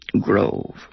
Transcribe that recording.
grove